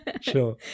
sure